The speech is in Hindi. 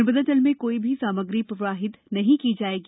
नर्मदा जल में कोई भी सामग्री प्रवाहित नहीं की जाएगी